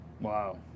Wow